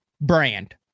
brand